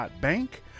Bank